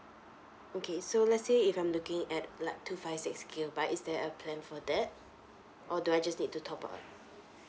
okay so let's say if I'm looking at like two five six gigabyte is there a plan for that or do I just need to top up